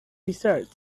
research